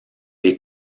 les